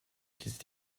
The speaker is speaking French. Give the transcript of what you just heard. des